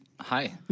Hi